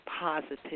positive